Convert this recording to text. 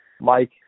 Mike